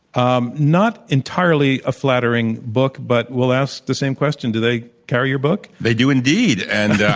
um not entirely a flattering book, but we'll ask the same question. do they carry your book? they do indeed. and i